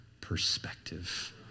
perspective